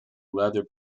leather